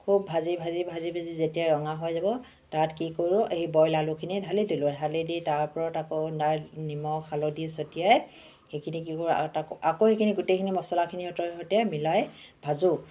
খুব ভাজি ভাজি ভাজি ভাজি যেতিয়া ৰঙা হৈ যাব তাত কি কৰো সেই বইল আলুখিনি ঢালি দিলো ঢালি দি তাৰ ওপৰত আকৌ ন নিমখ হালধি ছটিয়াই সেইখিনি কি কৰো আকৌ সেই গোটেইখিনি মচলাখিনিৰ সতে সৈতে মিলাই ভাজোঁ